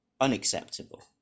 unacceptable